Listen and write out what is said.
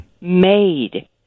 Made